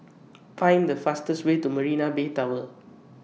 Find The fastest Way to Marina Bay Tower